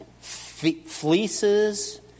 fleeces